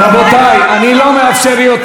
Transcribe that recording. רבותיי, אני לא מאפשר יותר.